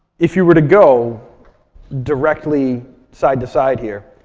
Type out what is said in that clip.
if you were to go directly side to side here,